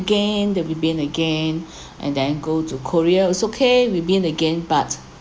again that we've been again and then go to korea is okay we've been again but